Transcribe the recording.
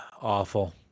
Awful